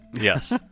Yes